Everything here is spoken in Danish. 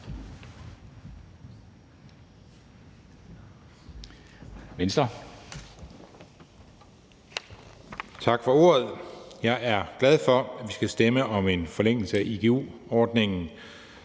Tak for ordet. Jeg er glad for, at vi skal stemme om en forlængelse af igu-ordningen,